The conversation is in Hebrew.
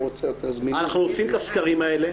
אנחנו עושים את הסקרים האלה.